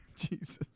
Jesus